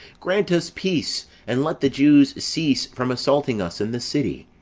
grant us peace, and let the jews cease from assaulting us, and the city.